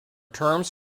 terms